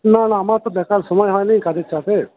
না না আমার তো দেখার সময় হয়নি কাজের চাপে